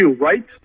right